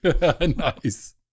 nice